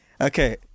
Okay